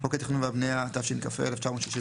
- חוק התכנון והבנייה, התשכ"ה-1965,